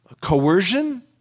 coercion